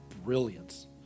Brilliance